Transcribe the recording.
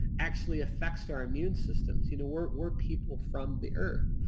actually affects our immune systems. you know we're we're people from the earth.